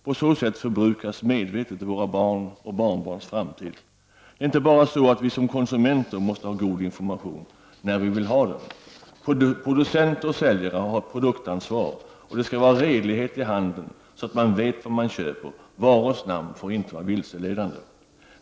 På så sätt förbrukas medvetet våra barns och barnbarns framtid. Det är inte bara så att vi som konsumenter måste ha god information när vi vill ha det. Producenter och säljare har produktansvar, och det skall vara redlighet i handeln så att man vet vad man köper. Varors namn får inte vara vilseledande.